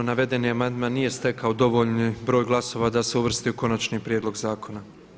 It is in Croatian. Navedeni amandman nije stekao dovoljni broj glasova da se uvrsti u Konačni prijedlog zakona.